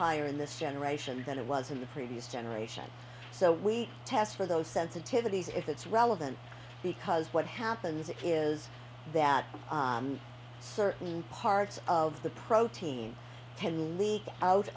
higher in this generation than it was in the previous generation so we test for those sensitivities if it's relevant because what happens is that certain parts of the protein ten leak out